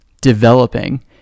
developing